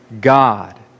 God